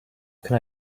can